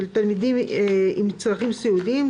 של תלמידים עם צרכים סיעודיים,